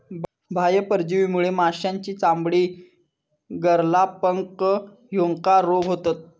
बाह्य परजीवीमुळे माशांची चामडी, गरला, पंख ह्येका रोग होतत